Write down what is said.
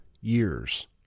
years